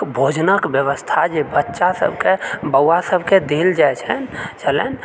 भोजनक व्यवस्था जे बच्चा सभके बौआसभके देल जाइत छनि छलनि